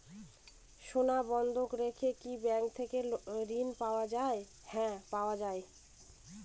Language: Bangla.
সোনা বন্ধক রেখে কি ব্যাংক থেকে ঋণ পাওয়া য়ায়?